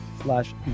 slash